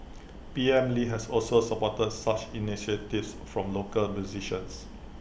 P M lee had also supported such initiatives from local musicians